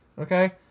Okay